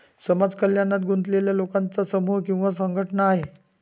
समाज कल्याणात गुंतलेल्या लोकांचा समूह किंवा संघटना आहे